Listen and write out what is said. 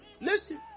Listen